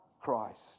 Christ